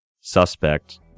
suspect